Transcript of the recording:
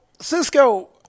Cisco